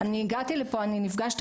אני נפגשתי,